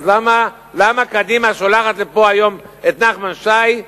אז למה קדימה שולחת לפה היום את נחמן שי,